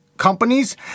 companies